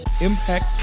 impact